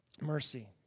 mercy